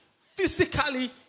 Physically